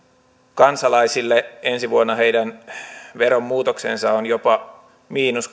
kansalaisille ensi vuonna heidän veromuutoksensa on jopa miinus